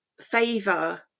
favor